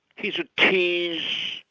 he's a tease,